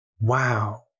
Wow